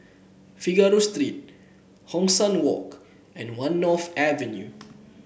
Figaro Street Hong San Walk and One North Avenue